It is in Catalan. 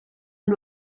amb